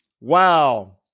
Wow